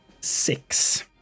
six